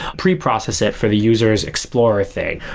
pre-process it for the user's explorer thing.